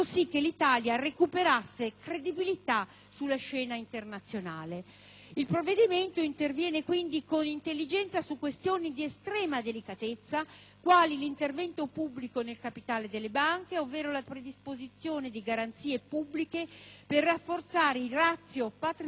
sulla scena internazionale. Il provvedimento interviene con intelligenza su questioni di estrema delicatezza, quali l'intervento pubblico nel capitale delle banche ovvero la predisposizione di garanzie pubbliche per rafforzare i *ratio* patrimoniali e incrementarne la liquidità.